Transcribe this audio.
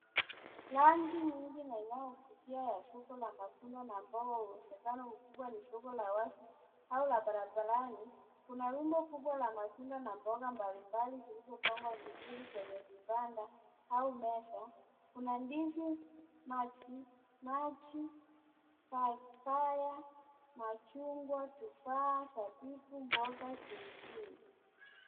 Rangi nyingi na inayovutia ya soko la matunda na mboga inayouwezekano mkubwa ni soko la wazi au la barabarani. Kuna rundo kubwa la matunda na mboga mbalimbali zilizopangwa vizuri kwenye vibanda au meza. Kuna ndizi, matikiti maji, papaya, machungwa, tufaa, zabibu na mboga zingine.